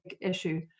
issue